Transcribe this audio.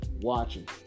watching